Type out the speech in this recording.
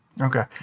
okay